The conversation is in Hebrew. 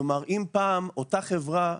אם פעם אותה חברה,